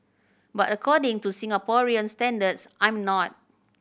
but according to Singaporean standards I'm not